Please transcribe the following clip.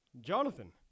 Jonathan